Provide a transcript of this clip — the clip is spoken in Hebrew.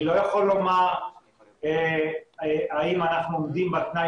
אני לא יכול לומר האם אנחנו עומדים בתנאי